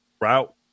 route